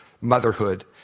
motherhood